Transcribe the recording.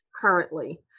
currently